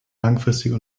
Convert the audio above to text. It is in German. langfristige